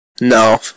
No